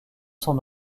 son